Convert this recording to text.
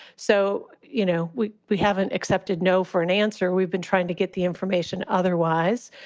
so, you know, we we haven't accepted no for an answer. we've been trying to get the information otherwise.